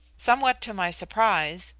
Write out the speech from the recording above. somewhat to my surprise,